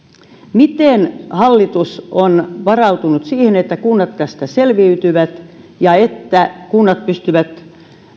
miten hallitus on varautunut siihen että kunnat tästä selviytyvät ja että kunnat pystyvät